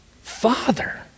Father